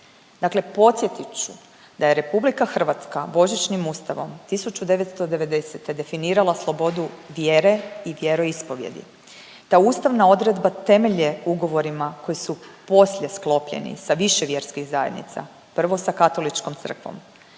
Dakle, podsjetit ću da je RH božićnim Ustavom 1990. definirala slobodu vjere i vjeroispovijedi. Ta ustavna odredba temelj je ugovorima koji su poslije sklopljeni sa više vjerskih zajednica. Prvo sa Katoličkom crkvom.